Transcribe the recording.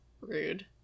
Rude